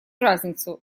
разницу